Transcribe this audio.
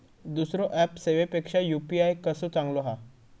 दुसरो ऍप सेवेपेक्षा यू.पी.आय कसो चांगलो हा?